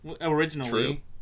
Originally